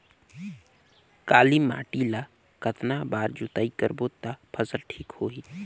काली माटी ला कतना बार जुताई करबो ता फसल ठीक होती?